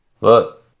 Look